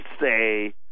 say